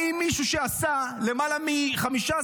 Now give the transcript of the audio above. האם מישהו שעשה למעלה מ-15,